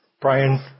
Brian